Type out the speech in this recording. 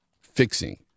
fixing